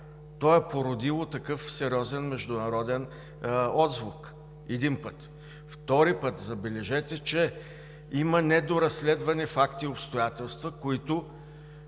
то е породило такъв сериозен международен отзвук. Един път. Втори път, забележете, че има недоразследвани факти и обстоятелства, за които